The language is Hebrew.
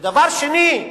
ודבר שני,